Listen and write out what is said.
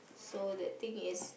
so that thing is